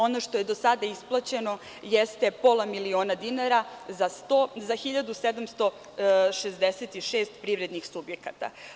Ono što je do sada isplaćeno jeste pola miliona dinara za 1.766 privrednih subjekata.